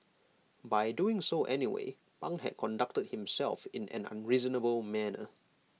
by doing so anyway pang had conducted himself in an unreasonable manner